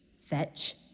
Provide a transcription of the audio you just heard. Fetch